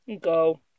go